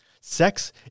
Sex